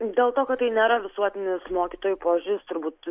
dėl to kad tai nėra visuotinis mokytojų požiūris turbūt